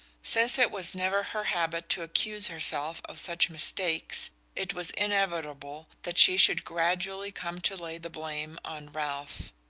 since it was never her habit to accuse herself of such mistakes it was inevitable that she should gradually come to lay the blame on ralph.